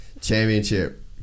Championship